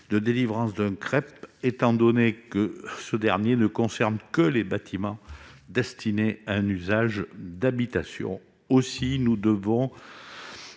de délivrance d'un CREP, étant donné que ce dernier ne concerne que les bâtiments destinés à un usage d'habitation. Aussi, nous devons